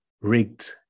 rigged